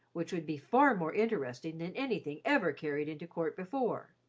which would be far more interesting than anything ever carried into court before.